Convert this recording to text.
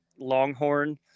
longhorn